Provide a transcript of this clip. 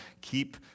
Keep